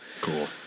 Cool